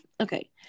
Okay